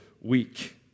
week